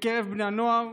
בקרב בני הנוער.